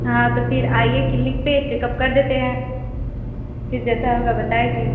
हाँ तो फिर आइये क्लिनिक पे चेकप कर देते हैं फिर जैसा होगा बताएंगे